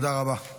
תודה רבה.